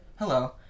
hello